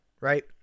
right